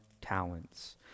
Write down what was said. talents